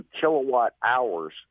kilowatt-hours